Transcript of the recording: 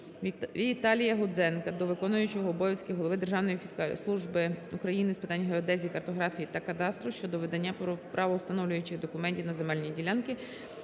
Віталія Гудзенка до виконуючого обов'язки Голови Державної служби України з питань геодезії, картографії та кадастру щодо видання правовстановлюючих документів на земельні ділянки